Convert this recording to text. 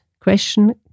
question